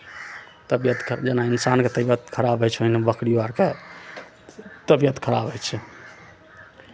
तबियत ख जेना इनसानके तबियत खराब होइ छै ओहिना बकरिओ आरके तबियत खराब होइ छै